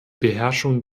beherrschung